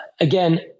again